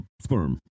sperm